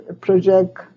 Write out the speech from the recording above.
project